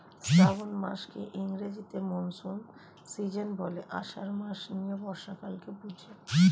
শ্রাবন মাসকে ইংরেজিতে monsoon season বলে, আষাঢ় মাস নিয়ে বর্ষাকালকে বুঝি